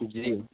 جی